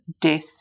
death